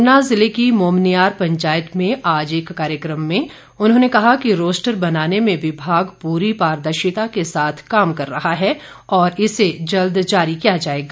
ऊना जिले की मोमनियार पंचायत में आज एक कार्यक्रम में उन्होंने कहा कि रोस्टर बनाने में विभाग प्ररी पारदर्शिता के साथ काम कर रहा है और इसे जल्द जारी किया जाएगा